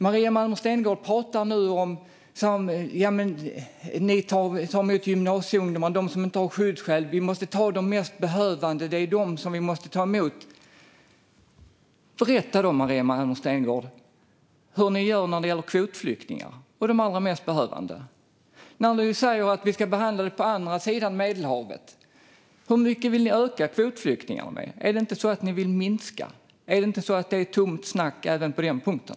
Maria Malmer Stenergard pratade om att vi tar emot gymnasieungdomar och människor som inte har skyddsskäl och att vi måste ta emot de mest behövande. Berätta då, Maria Malmer Stenergard, hur ni gör när det gäller kvotflyktingar och de allra mest behövande. Ni säger att vi ska behandla detta på andra sidan Medelhavet. Hur mycket vill ni öka antalet kvotflyktingar? Är det inte så att ni vill minska antalet? Är det inte så att det är tomt snack även på den punkten?